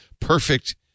perfect